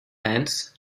fans